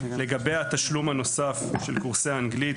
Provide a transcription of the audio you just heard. לגבי התשלום הנוסף של קורסי האנגלית,